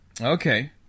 Okay